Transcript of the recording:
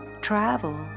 Travel